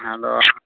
hello